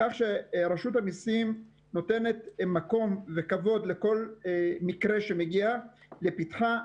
כך שרשות המיסים נותנת מקום וכבוד לכל מקרה שמגיע לפתחה.